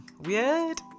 weird